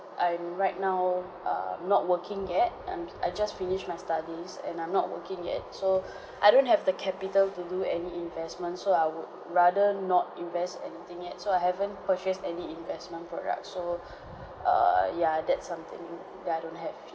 I'm right now err not working yet I'm I just finished my studies and I'm not working yet so I don't have the capital to do any investment so I would rather not invest anything yet so I haven't purchased any investment products so err ya that's something that I don't have